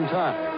time